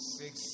six